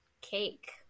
cake